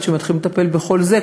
עד שמתחילים לטפל בכל זה,